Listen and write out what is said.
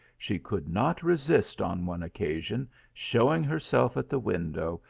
she could not resist on one occasion showing herself at the window,